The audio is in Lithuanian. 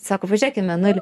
sako pažėk į mėnulį